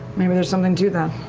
maybe there's something to that.